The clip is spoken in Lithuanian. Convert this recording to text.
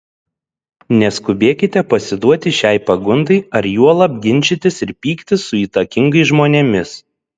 neskubėkite pasiduoti šiai pagundai ar juolab ginčytis ir pyktis su įtakingais žmonėmis